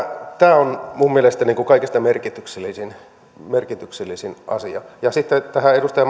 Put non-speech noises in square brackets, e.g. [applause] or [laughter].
on minun mielestäni kaikista merkityksellisin merkityksellisin asia sitten tähän edustaja [unintelligible]